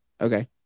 okay